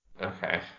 Okay